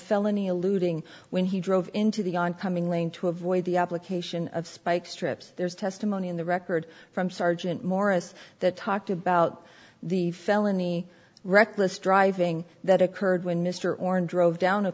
felony alluding when he drove into the oncoming lane to avoid the application of spike strips there's testimony in the record from sergeant morris that talked about the felony reckless driving that occurred when mr or and drove down a